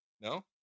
No